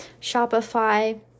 Shopify